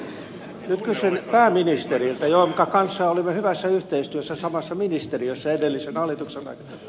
nyt kysyn pääministeriltä jonka kanssa olimme hyvässä yhteistyössä samassa ministeriössä edellisen hallituksen aikana